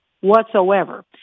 whatsoever